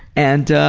and,